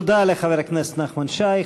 תודה לחבר הכנסת נחמן שי.